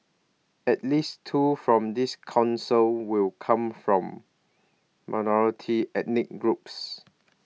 at least two from this Council will come from minority ethnic groups